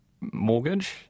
mortgage